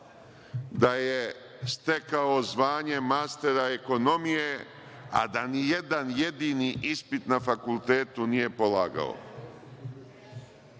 da je stekao zvanje mastera ekonomije, a da nijedan jedini ispit na fakultetu nije polagao.